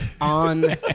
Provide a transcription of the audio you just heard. on